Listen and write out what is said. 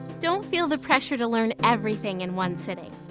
don't feel the pressure to learn everything in one sitting.